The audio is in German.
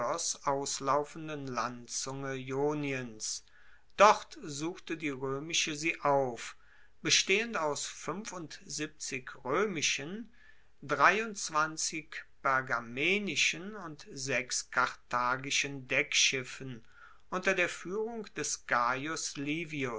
auslaufenden landzunge ioniens dort suchte die roemische sie auf bestehend aus roemischen pergamenischen und sechs karthagischen deckschiffen unter der fuehrung des gaius livius